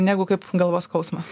negu kaip galvos skausmas